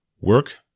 Work